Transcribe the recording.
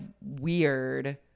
weird